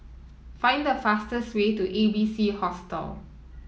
find the fastest way to A B C Hostel